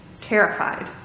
terrified